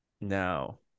No